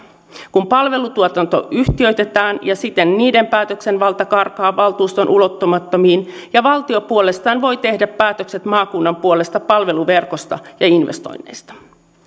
kun palvelutuotanto yhtiöitetään ja siten niiden päätösvalta karkaa valtuuston ulottumattomiin ja valtio puolestaan voi tehdä päätökset maakunnan puolesta palveluverkosta ja investoinneista